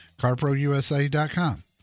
carprousa.com